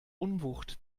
unwucht